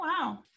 wow